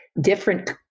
different